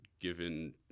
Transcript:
given